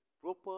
proper